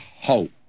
Hope